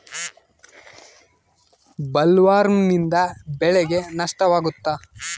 ಬೊಲ್ವರ್ಮ್ನಿಂದ ಬೆಳೆಗೆ ನಷ್ಟವಾಗುತ್ತ?